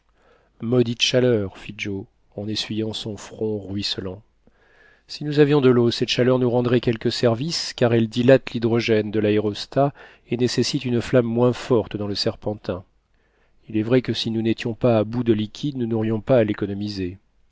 maudite chaleur fit joe en essuyant son front ruisselant si nous avions de l'eau cette chaleur nous rendrait quelque service car elle dilate l'hydrogène de l'aérostat et nécessite une flamme moins forte dans le serpentin il est vrai que si nous n'étions pas à bout de liquide nous n'aurions pas à l'économiser